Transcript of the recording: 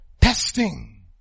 testing